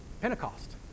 Pentecost